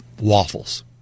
Waffles